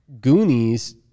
Goonies